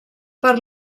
per